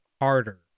harder